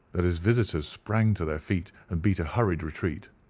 that his visitors sprang to their feet and beat a hurried retreat.